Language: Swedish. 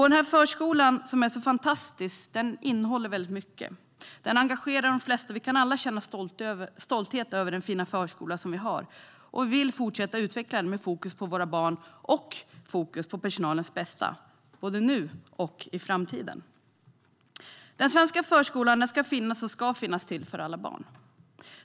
Den förskola som är så fantastisk innehåller väldigt mycket. Den engagerar de flesta, och vi kan alla känna stolthet över den fina förskola vi har. Vi vill fortsätta utveckla den med fokus på våra barns och personalens bästa, nu och i framtiden. Den svenska förskolan ska finnas, och den ska finnas till för alla barn.